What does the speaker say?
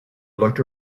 looked